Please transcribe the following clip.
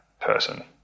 person